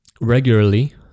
regularly